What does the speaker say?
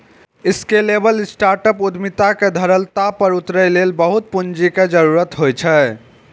scalable startup उद्यमिता के धरातल पर उतारै लेल बहुत पूंजी के जरूरत होइ छै